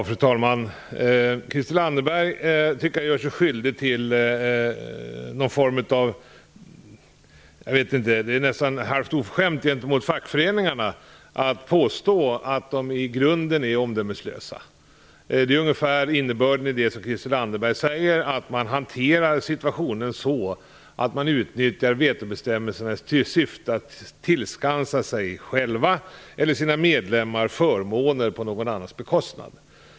Fru talman! Jag tycker att Christel Anderberg nästan är oförskämd mot fackföreningarna, när hon påstår att de i grunden är omdömeslösa. Det är ungefär innebörden i det hon säger, dvs. att man hanterar situationen så att man utnyttjar vetobestämmelserna i syfte att tillskansa sig själv eller sina medlemmar förmåner på någon annans bekostnad.